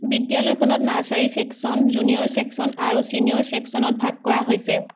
বিদ্যালয়খনক nursery section junior section আৰু senior ছেকশ্যনত ভাগ কৰা হৈছে